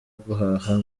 guhaha